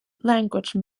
language